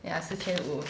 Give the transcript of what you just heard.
ya 四千五